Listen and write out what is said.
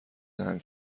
دهم